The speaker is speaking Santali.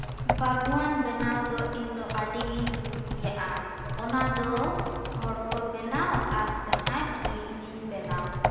ᱵᱟᱜᱣᱟᱱ ᱵᱮᱱᱟᱣ ᱫᱚ ᱤᱧᱫᱚ ᱟᱹᱰᱤᱜᱤᱧ ᱠᱩᱥᱤᱭᱟᱜ ᱟ ᱚᱱᱟᱫᱚ ᱦᱚᱲᱠᱚ ᱵᱮᱱᱟᱣ ᱟᱨ ᱡᱟᱦᱟᱸᱭ ᱤᱧᱤᱧ ᱵᱮᱱᱟᱣ